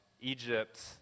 Egypt